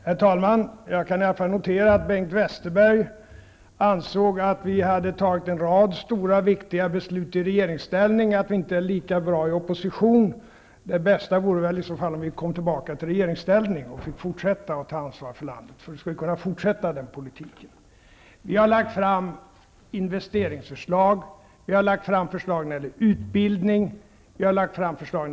Herr talman! Jag kan i alla fall notera att Bengt Westerberg ansåg att vi hade fattat en rad stora viktiga beslut i regeringsställning, men att vi inte fungerar lika bra i opposition. Det bästa vore väl att vi kom tillbaka i regeringsställning och fick ta ansvar för landet, eftersom vi då skulle kunna fortsätta att driva vår regeringspolitik. Vi har lagt fram investeringsförslag och förslag när det gäller utbildning och regionalpolitik.